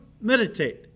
meditate